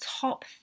top